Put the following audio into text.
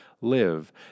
live